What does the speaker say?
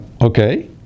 Okay